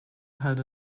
held